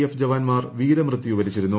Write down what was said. F ജവാന്മാർ വീരമൃത്യു വരിച്ചിരുന്നു